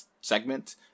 segment